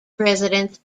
presidents